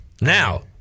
now